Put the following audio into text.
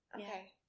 Okay